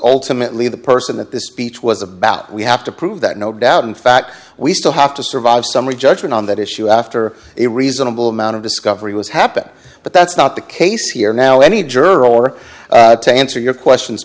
ultimately the person that this speech was about we have to prove that no doubt in fact we still have to survive summary judgment on that issue after a reasonable amount of discovery was happening but that's not the case here now any jersey or to answer your question